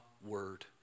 word